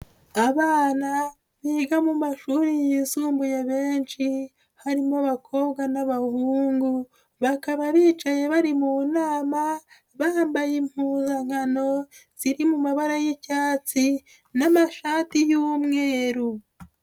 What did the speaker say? Abana biga mu mashuri yisumbuye benshi, harimo abakobwa n'abahungu, bakaba bicaye bari mu nama, bambaye impuzankano ziri mu mabara y'icyatsi n'amashati y'umweru.